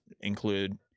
include